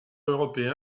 européen